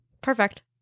Perfect